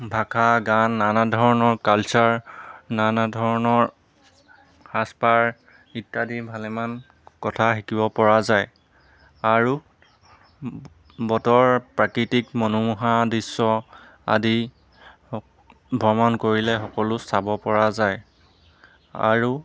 ভাষা জ্ঞান নানা ধৰণৰ কালচাৰ নানা ধৰণৰ সাজপাৰ ইত্যাদি ভালেমান কথা শিকিবপৰা যায় আৰু বতৰ প্ৰাকৃতিক মনোমোহা দৃশ্য আদি ভ্ৰমণ কৰিলে সকলো চাবপৰা যায় আৰু